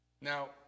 Now